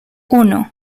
uno